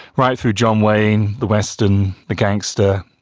right through john wayne, the western the gangster,